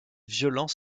violent